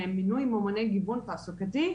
ומינוי ממוני גיוון תעסוקתי,